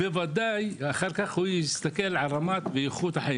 ודאי אחר כך יסתכל על רמת איכות החיים